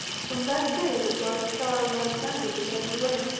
from that day the bright star of alexander began to wane.